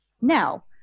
Now